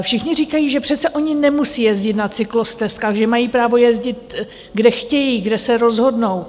Všichni říkají, že přece oni nemusí jezdit na cyklostezkách, že mají právo jezdit, kde chtějí, kde se rozhodnou.